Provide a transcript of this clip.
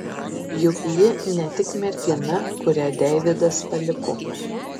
juk ji ne tik mergina kurią deividas paliko